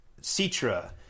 Citra